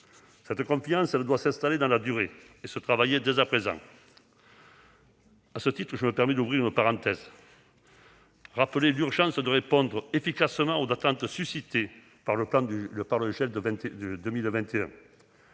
Cette confiance doit s'installer dans la durée et se travailler dès à présent. À ce titre, je me permets d'ouvrir une parenthèse pour rappeler qu'il est urgent de répondre efficacement aux attentes suscitées par le plan Gel de 2021.